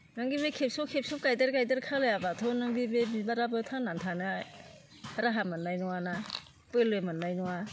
नों बे खेबस' खेबस' गायदेर गायदेर खालामाबथ' नों बे बिबाराबो थांनानै थानो राहा मोननाय नङा ना बोलो मोननाय नङा